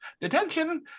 Detention